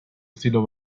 estilo